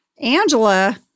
Angela